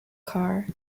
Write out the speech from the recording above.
car